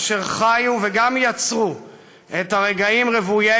אשר חיו וגם יצרו את הרגעים רוויי